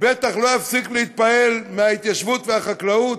הוא בטח לא יפסיק להתפעל מההתיישבות והחקלאות,